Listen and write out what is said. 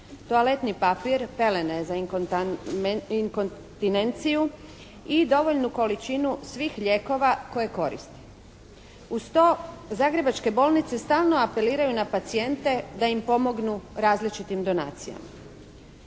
toaletni papir, pelene za inkontinenciju i dovoljnu količinu svih lijekova koje koristi. Uz to zagrebačke bolnice stalno apeliraju na pacijente da im pomognu različitim donacijama.